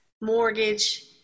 mortgage